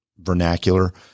Vernacular